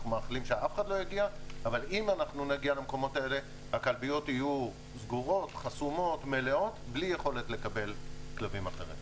הכלביות יהיו חסומות ללא יכולת לקבל כלבים אחרים.